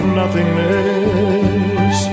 nothingness